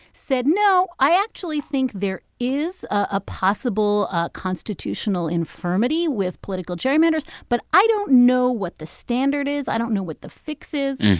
said, no, i actually think there is a possible ah constitutional constitutional infirmity with political gerrymanders. but i don't know what the standard is. i don't know what the fix is.